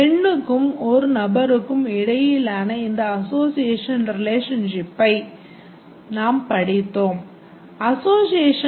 பெண்ணுக்கும் ஒரு நபருக்கும் இடையிலான இந்த association relationship ஐ நாம் படித்தோம்